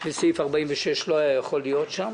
וסעיף 46 לא היה יכול לעבור שם,